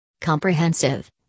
Comprehensive